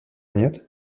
нет